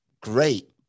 great